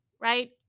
right